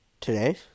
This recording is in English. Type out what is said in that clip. Today